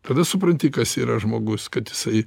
tada supranti kas yra žmogus kad jisai